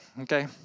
okay